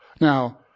Now